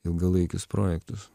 ilgalaikius projektus